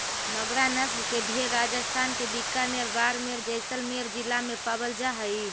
मगरा नस्ल के भेंड़ राजस्थान के बीकानेर, बाड़मेर, जैसलमेर जिला में पावल जा हइ